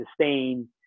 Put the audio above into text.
sustain